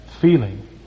feeling